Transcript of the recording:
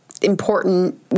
important